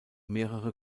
mehrere